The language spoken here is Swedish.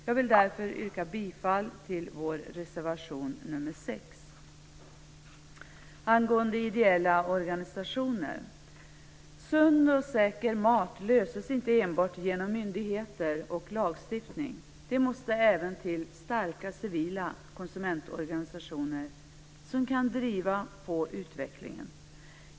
Jag yrkar bifall till vår reservation nr 6. Så om ideella organisationer. Frågan om sund och säker mat löses inte enbart genom myndigheter och lagstiftning, utan det måste även till starka civila konsumentorganisationer som kan driva på utvecklingen.